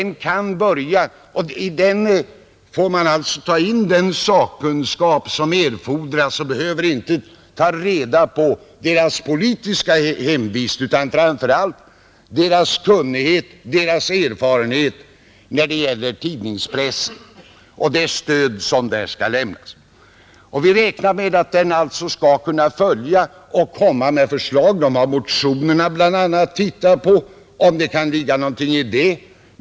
I den kommittén får man ta in den sakkunskap som erfordras. Man behöver inte ta reda på de sakkunnigas politiska hemvist utan i stället framför allt deras kunnighet och erfarenhet när det gäller tidningspress och det stöd som där skall lämnas. Vi räknar med att kommittén skall kunna följa utvecklingen och komma med förslag. Den har bl.a. motionerna att titta på för att se om det kan ligga någonting i dem.